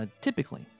typically